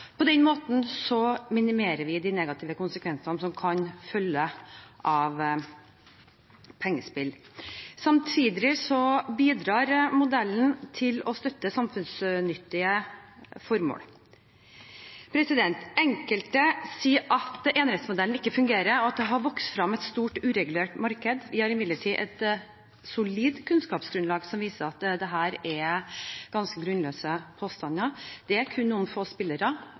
På den måten minimerer vi de negative konsekvensene som kan følge av pengespill. Samtidig bidrar modellen til å støtte samfunnsnyttige formål. Enkelte sier at enerettsmodellen ikke fungerer, og at det har vokst frem et stort, uregulert marked. Vi har imidlertid et solid kunnskapsgrunnlag som viser at dette er ganske grunnløse påstander. Det er kun noen få spillere,